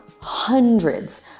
hundreds